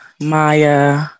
Maya